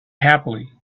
happily